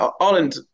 Ireland